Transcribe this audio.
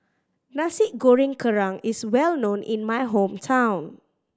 Nasi Goreng Kerang is well known in my hometown